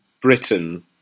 Britain